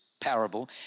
parable